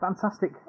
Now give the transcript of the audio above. fantastic